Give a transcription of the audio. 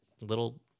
little